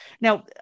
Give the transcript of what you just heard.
Now